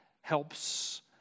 helps